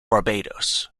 barbados